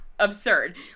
absurd